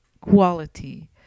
quality